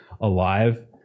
alive